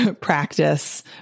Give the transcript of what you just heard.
Practice